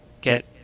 get